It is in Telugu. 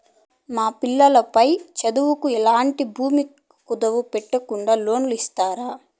మా పిల్లలు పై చదువులకు ఎట్లాంటి భూమి కుదువు పెట్టుకోకుండా లోను ఇస్తారా